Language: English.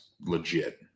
legit